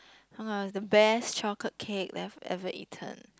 I'm like was the best chocolate cake that I've ever eaten